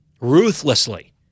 ruthlessly